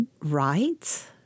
right